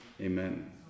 Amen